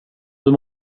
hur